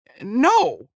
No